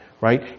Right